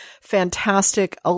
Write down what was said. fantastic